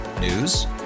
News